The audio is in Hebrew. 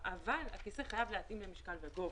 וגובה, אבל הכיסא חייב להתאים למשקל וגובה.